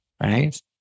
right